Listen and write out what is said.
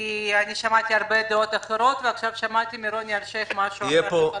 אני שמעתי הרבה דעות אחרות ועכשיו שמעתי מרוני אלשייך משהו אחר לגמרי.